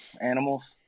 animals